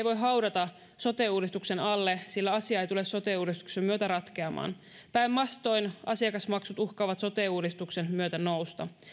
voi haudata sote uudistuksen alle sillä asia ei tule sote uudistuksen myötä ratkeamaan päinvastoin asiakasmaksut uhkaavat sote uudistuksen myötä nousta